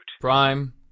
Prime